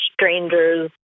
strangers